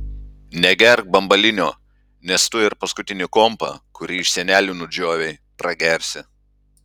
negerk bambalinio nes tuoj ir paskutinį kompą kurį iš senelių nudžiovei pragersi